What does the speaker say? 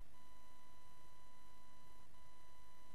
בעת שירותו הצבאי, והחששות גברו משלא שב לבסיסו.